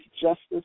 justice